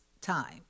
time